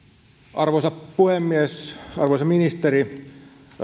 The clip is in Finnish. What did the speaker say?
arvoisa puhemies arvoisa ministeri